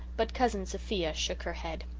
but cousin sophia shook her head.